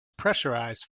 pressurised